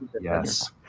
Yes